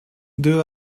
deux